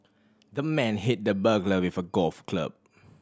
the man hit the burglar with a golf club